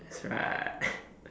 right